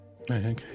Okay